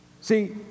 See